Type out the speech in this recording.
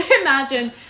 imagine